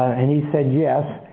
and he said yes.